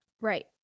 Right